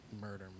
murder